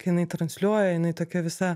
kai jinai transliuoja jinai tokia visa